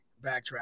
backtrack